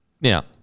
Now